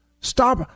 Stop